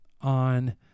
on